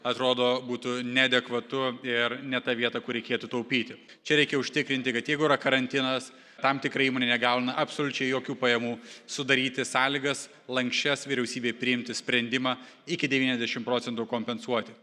atrodo būtų neadekvatu ir ne ta vieta kur reikėtų taupyti čia reikia užtikrinti kad jeigu yra karantinas tam tikra įmonė negauna absoliučiai jokių pajamų sudaryti sąlygas lanksčias vyriausybei priimti sprendimą iki devyniasdešim procentų kompensuoti